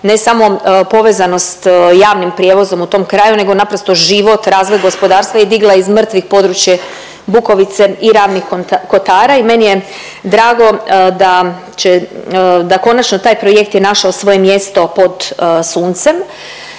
ne samo povezanost javnim prijevozom u tom kraju nego naprosto život, razvoj gospodarstva je digla iz mrtvih područje Bukovice i Ravnih kotara. I meni je drago da će da konačno taj projekt je našao svoje mjesto pod suncem.